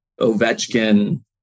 Ovechkin